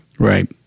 Right